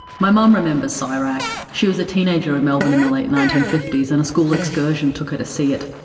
my mum remembers so csirac. she was a teenager in melbourne in the late nineteen fifty s, and a school excursion took her to see it.